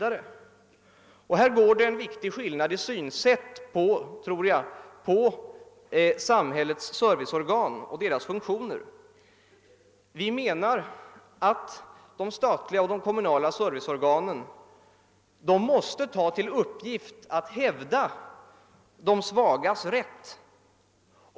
Här tror jag det är viktigt att konstatera att synen på samhällets serviceorgan och deras funktioner är olika. Vi på vårt håll menar att de statliga och kommunala serviceorganen måste hävda de svagas rätt.